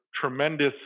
tremendous